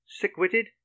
sick-witted